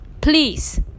please